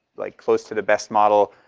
like close to the best model.